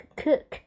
cook